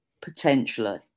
Potentially